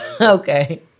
Okay